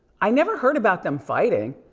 i never heard about them fighting.